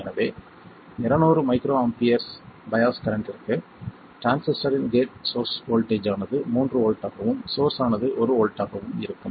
எனவே 200 micro amperes bias கரண்ட்டிற்கு டிரான்சிஸ்டரின் கேட் சோர்ஸ் வோல்ட்டேஜ் ஆனது 3 வோல்ட்டாகவும் சோர்ஸ் ஆனது 1 வோல்ட்டாகவும் இருக்கும்